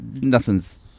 nothing's